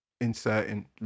inserting